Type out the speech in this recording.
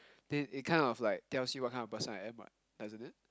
did it kind of like tells you what kind of a person I am what doesn't it